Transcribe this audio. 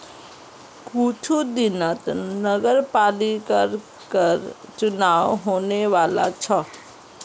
कुछू दिनत नगरपालिकर चुनाव होने वाला छ